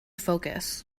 focus